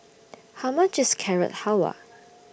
How much IS Carrot Halwa